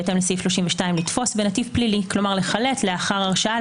בהתאם לסעיף 32 לתפוס בנתיב פלילי כלומר לחלט לאחר הרשעה,